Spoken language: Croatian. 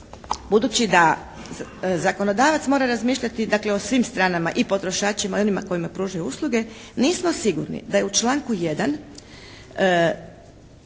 budući da zakonodavac mora razmišljati dakle o svim stranama, i potrošačima i onima koji pružaju usluge, nismo sigurni da je u članku 1.